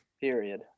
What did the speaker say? period